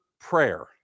prayer